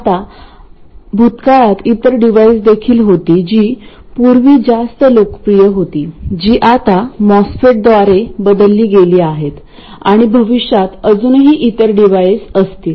आता भूतकाळात इतर डिव्हाइस देखील होती जी पूर्वी जास्त लोकप्रिय होती जी आता मॉस्फेटद्वारे बदलली गेली आहेत आणि भविष्यात अजूनही इतर डिव्हाइस असतील